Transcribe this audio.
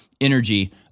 energy